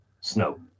snow